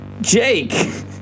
Jake